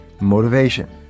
motivation